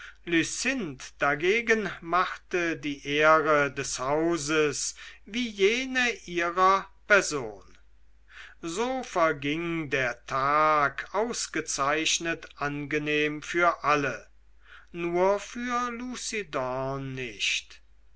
dagegen machte die ehre des hauses wie jene ihrer person so verging der tag ausgezeichnet angenehm für alle nur für lucidorn nicht